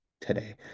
today